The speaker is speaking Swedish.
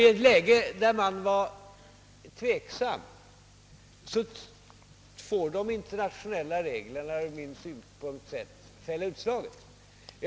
I ett läge där man är tveksam får de internationella reglerna ur min synpunkt sett fälla utslaget.